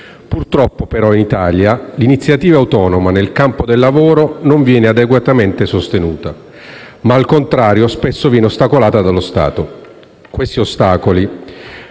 Purtroppo però in Italia l'iniziativa autonoma nel campo del lavoro non viene adeguatamente sostenuta, ma al contrario spesso viene ostacolata dallo Stato. Questi ostacoli